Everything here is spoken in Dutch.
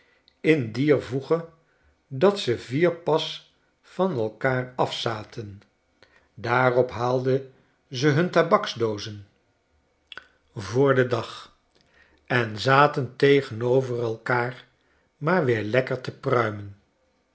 in dier voege dat ze vier pasvanelkaar af zaten daarop haalden ze hun tabaksdoozen schetsen uit amerika voor den dag en zaten tegenover elkaarmaar weer lekker te pruimen